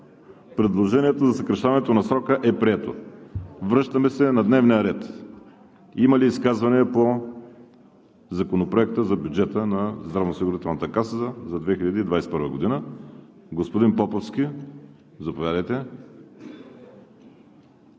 Предложението за съкращаването на срока е прието. Връщаме се на дневния ред. Има ли изказвания по Законопроекта за бюджета на Националната здравноосигурителна каса за 2021 г.? Господин Поповски, заповядайте.